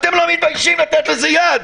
אתם לא מתביישים לתת לזה יד?